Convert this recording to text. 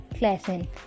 lesson